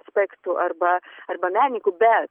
aspektų arba arba menininkų bet